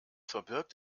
verbirgt